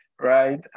right